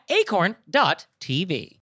acorn.tv